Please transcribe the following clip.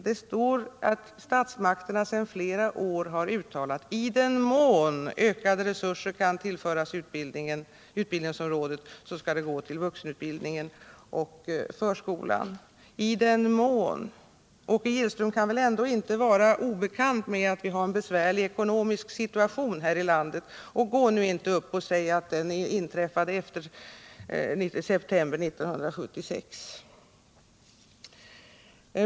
Det står i interpellationssvaret att statsmakterna sedan flera år tillbaka har uttalat att ”iden mån” ökade resurser kan tillföras utbildningsområdet skall de gå till vuxenutbildningen och förskolan. Åke Gillström kan väl ändå inte vara obekant med det faktum att vi har en besvärlig ekonomisk situation här i landet? Och gå nu inte upp och säg att den situationen uppstod efter september 1976!